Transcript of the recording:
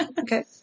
Okay